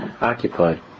occupied